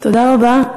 תודה רבה.